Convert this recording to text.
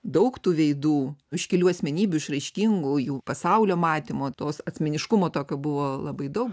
daug tų veidų iškilių asmenybių išraiškingų jų pasaulio matymo tos asmeniškumo tokio buvo labai daug